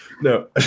No